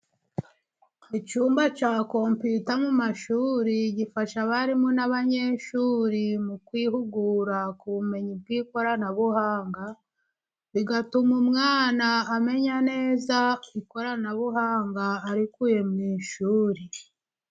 Icyumba cya kompiyuta mu mashuri, gifasha abarimu n'abanyeshuri mu kwihugura ku bumenyi bw'ikoranabuhanga, bigatuma umwana amenya neza ikoranabuhanga arikuye mu ishuri.